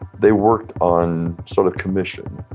they worked on sort of commission.